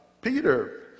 Peter